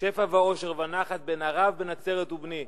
שפע ואושר ונחת בן ערב, בן נצרת ובני.